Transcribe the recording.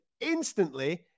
instantly